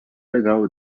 legal